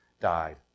died